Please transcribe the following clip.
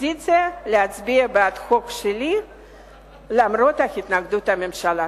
האופוזיציה הוא להצביע בעד החוק שלי למרות התנגדות הממשלה.